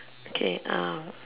okay